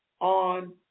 on